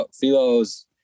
philo's